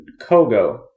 Kogo